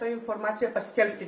tą informaciją paskelbti